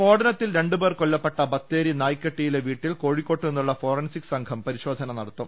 സ് ഫോടനത്തിൽ രണ്ട് പേർ കൊല്ലപ്പെട്ട ബത്തേരി നായ്ക്കെട്ടിയിലെ വീട്ടിൽ കോഴിക്കോടു നിന്നുള്ള ഫോറൻസിക് സംഘം പരിശോധന നടത്തും